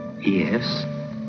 Yes